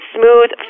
smooth